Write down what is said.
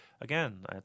again